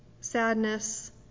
sadness